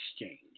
exchange